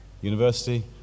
University